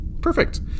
perfect